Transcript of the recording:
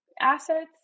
assets